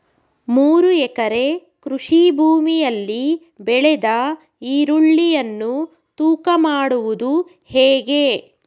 ಮೂರು ಎಕರೆ ಕೃಷಿ ಭೂಮಿಯಲ್ಲಿ ಬೆಳೆದ ಈರುಳ್ಳಿಯನ್ನು ತೂಕ ಮಾಡುವುದು ಹೇಗೆ?